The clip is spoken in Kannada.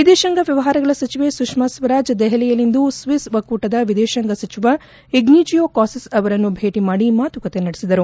ವಿದೇಶಾಂಗ ವ್ಲವಹಾರಗಳ ಸಚಿವೆ ಸುಷ್ನಾ ಸ್ವರಾಜ್ ದೆಹಲಿಯಲ್ಲಿಂದು ಸ್ಪಿಸ್ ಒಕ್ಕೂಟದ ವಿದೇಶಾಂಗ ಸಚಿವ ಇಗ್ಯೇಜಿಯೋ ಕಾಸಿಸ್ ಅವರನ್ನು ಭೇಟಿ ಮಾಡಿ ಮಾತುಕತೆ ನಡೆಸಿದರು